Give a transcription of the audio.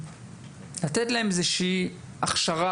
יש לתת איזו שהיא הכשרה,